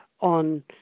on